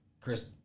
Chris